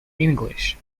english